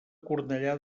cornellà